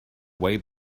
way